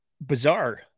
bizarre